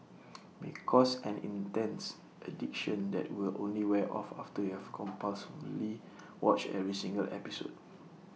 may cause an intense addiction that will only wear off after you have compulsively watched every single episode